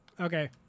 Okay